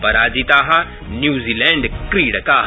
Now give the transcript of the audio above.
पराजिता न्यूजीलैण्डक्रीडका